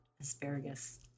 asparagus